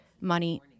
money